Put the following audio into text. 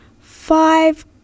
five